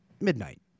midnight